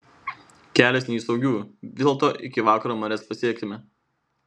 kelias ne iš saugiųjų vis dėlto iki vakaro marias pasiekėme